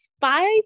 five